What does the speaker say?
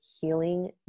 healing